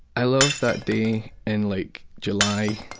i love that day in like july,